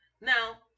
Now